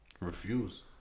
Refuse